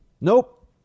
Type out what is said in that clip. nope